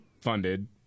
funded